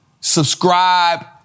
subscribe